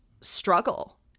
struggle